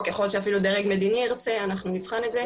או ככל שאפילו דרג מדיני ירצה אנחנו נבחן את זה.